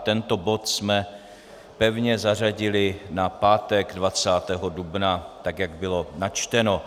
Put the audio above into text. Tento bod jsme pevně zařadili na pátek 20. dubna, jak bylo načteno.